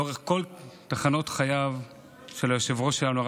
לאורך כל תחנות חייו של היושב-ראש שלנו,